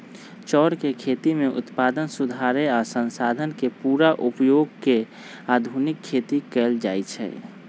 चौर के खेती में उत्पादन सुधारे आ संसाधन के पुरा उपयोग क के आधुनिक खेती कएल जाए छै